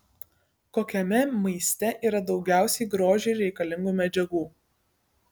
kokiame maiste yra daugiausiai grožiui reikalingų medžiagų